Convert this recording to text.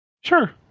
Sure